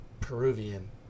Peruvian